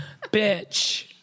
Bitch